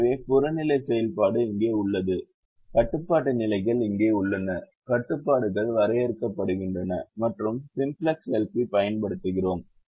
எனவே புறநிலை செயல்பாடு இங்கே உள்ளது கட்டுப்பாட்டு நிலைகள் இங்கே உள்ளன கட்டுப்பாடுகள் வரையப்படுகின்றன மற்றும் சிம்ப்ளக்ஸ் LP பயன்படுத்துகிறோம்